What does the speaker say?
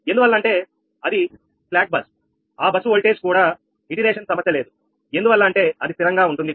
ఎందువల్ల అంటే అది స్లాకు బస్సు ఆ బస్సు ఓల్టేజి కూడా పునరావృతం అయ్యే సమస్య లేదు ఎందువల్ల అంటే అది స్థిరంగా ఉంటుంది